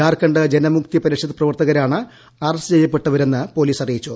ജാർഖണ്ഡ് ജനമുക്തി പരിഷത്ത് പ്രവർത്തകരാണ് അറസ്റ്റ് ചെയ്യപ്പെട്ടവരെന്ന് പോലീസ് അറിയിച്ചു